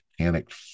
panicked